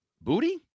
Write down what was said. Booty